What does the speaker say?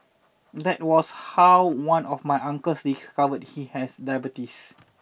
that was how one of my uncles discovered he has diabetes